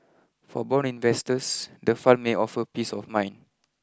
for bond investors the fund may offer peace of mind